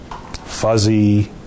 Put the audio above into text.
fuzzy